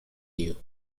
you